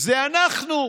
זה "אנחנו":